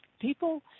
People